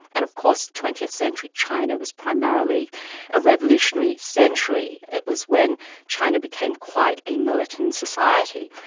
and of course twentieth century china was primarily a revolutionary century. it was when china became quite a militant society.